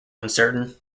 uncertain